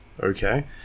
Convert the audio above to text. Okay